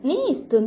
ని ఇస్తుంది